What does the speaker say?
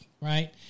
right